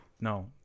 no